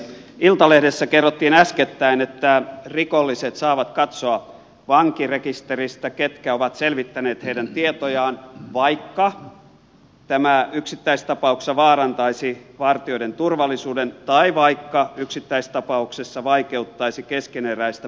iltalehdessä kerrottiin äskettäin että rikolliset saavat katsoa vankirekisteristä ketkä ovat selvittäneet heidän tietojaan vaikka tämä yksittäistapauksessa vaarantaisi vartijoiden turvallisuuden tai vaikka yksittäistapauksessa vaikeuttaisi keskeneräistä poliisitutkintaa